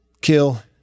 kill